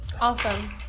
Awesome